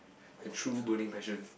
my true burning passion